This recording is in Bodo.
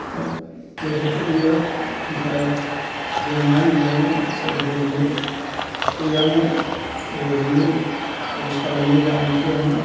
दा गोदोथ' गैया फैसा बेंकानो गैयामोन फैसाबो दोन्नो गैयामोन ओरैनो करस खालायनो जानो थोआमोन